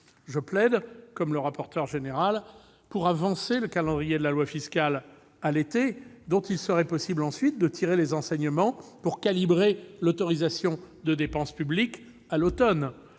Je plaide, comme M. le rapporteur général, pour avancer le calendrier de la loi fiscale à l'été ; il serait possible ensuite de tirer les enseignements pour calibrer l'autorisation de dépense publique à l'automne.